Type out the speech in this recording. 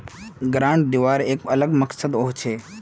grant दिबार एक अलग मकसदो हछेक